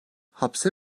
hapse